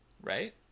right